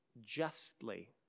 justly